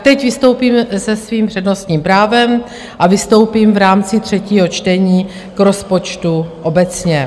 Teď vystoupím se svým přednostním právem a vystoupím v rámci třetího čtení k rozpočtu obecně.